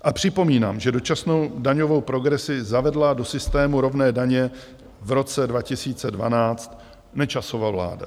A připomínám, že dočasnou daňovou progresi zavedla do systému rovné daně v roce 2012 Nečasova vláda.